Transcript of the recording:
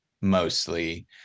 mostly